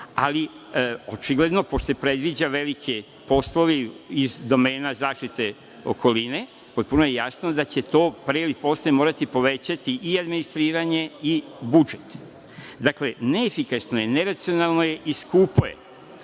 ali očigledno, pošto se predviđaju veliki poslovi iz domena zaštite okoline, potpuno je jasno da će to pre ili posle morati povećati i administriranje i budžet. Dakle, neefikasno, neracionalno i skupo je,